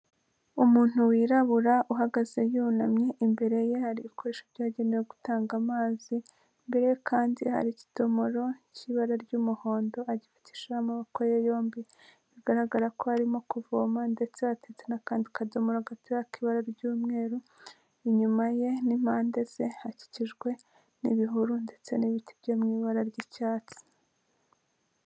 Umuntu wirabura uhagaze yunamye imbere ye hari ibikoresho byagenewe gutanga amazi, imbere kandi hari ikidomoro cy'ibara ry'umuhondo, agifatishije amaboko ye yombi, bigaragara ko arimo kuvoma ndetse hateretse n'akandi kadomoro gatoya k'ibara ry'umweru, inyuma ye n'impande ze hakikijwe n'ibihuru ndetse n'ibiti byo mu ibara ry'icyatsi.